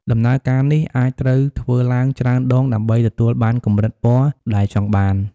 ដំណើរការនេះអាចត្រូវធ្វើឡើងច្រើនដងដើម្បីទទួលបានកម្រិតពណ៌ដែលចង់បាន។